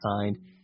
signed